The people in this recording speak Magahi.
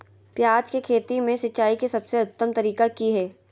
प्याज के खेती में सिंचाई के सबसे उत्तम तरीका की है?